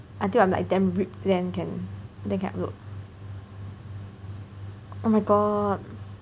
until I'm like damn ripped then can then can upload oh my god